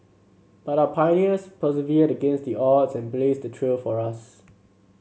but our pioneers persevered against the odds and blazed the trail for us